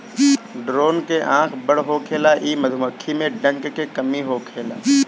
drone के आँख बड़ होखेला इ मधुमक्खी में डंक के कमी होखेला